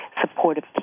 supportive